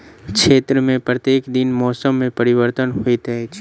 क्षेत्र में प्रत्येक दिन मौसम में परिवर्तन होइत अछि